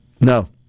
No